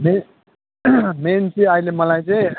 मे मेन चाहिँ अहिले मलाई चाहिँ